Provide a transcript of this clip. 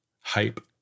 hype